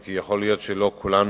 אם כי יכול להיות שלא כולן